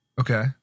Okay